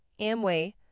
Amway